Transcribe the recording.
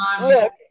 Look